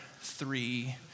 three